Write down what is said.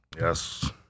yes